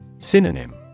Synonym